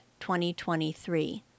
2023